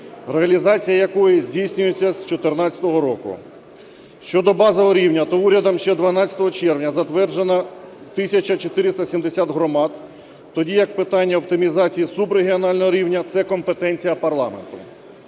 реалізація якої здійснюється з 2014 року. Щодо базового рівня, то урядом ще 12 червня затверджено 1470 громад, тоді як питання оптимізації субрегіонального рівня – це компетенція парламенту.